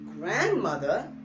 grandmother